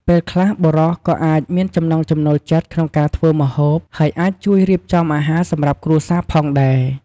ពេលខ្លះបុរសក៏អាចមានចំណង់ចំណូលចិត្តក្នុងការធ្វើម្ហូប ហើយអាចជួយរៀបចំអាហារសម្រាប់គ្រួសារផងដែរ។